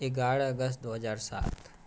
एगारह अगस्त दू हजार सात